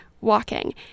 walking